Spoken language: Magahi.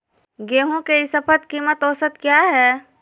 गेंहू के ई शपथ कीमत औसत क्या है?